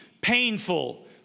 painful